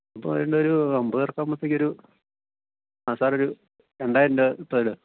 ഇപ്പം ഏതാണ്ട് ഒരു അൻപത് പേർക്ക് ആകുമ്പോഴത്തേക്കൊരു ആ സാറൊരു രണ്ടായിരം രൂപ ഇപ്പം ഇടുക